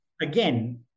again